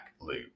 loop